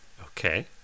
Okay